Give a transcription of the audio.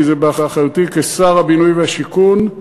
כי זה באחריותי כשר הבינוי והשיכון,